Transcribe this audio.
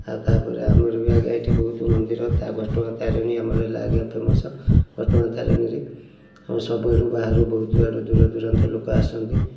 ଆଉ ତାପରେ ଆମର ବି ଆଜ୍ଞା ଏଇଠି ବହୁତ ମନ୍ଦିର ଘଟଗାଁତାରିଣୀ ଆମର ହେଲା ଆଜ୍ଞା ଫେମସ୍ ଘଟଗାଁତାରିଣୀରେ ସବୁଆଡୁ ବାହାରୁ ବହୁତୁ ଆଡୁ ଦୂରଦୂରାନ୍ତରୁ ଲୋକ ଆସନ୍ତି